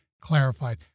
clarified